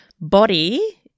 body